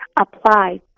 apply